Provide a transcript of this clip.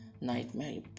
nightmare